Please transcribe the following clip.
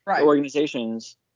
organizations